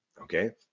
okay